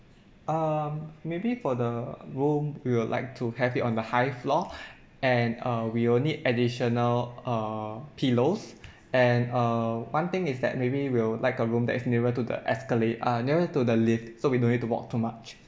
um maybe for the room we will like to have it on the high floor and uh we will need additional uh pillows and uh one thing is that maybe we'll like a room that is nearer to the escalat~ uh nearer to the lift so we don't need to walk too much